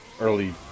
Early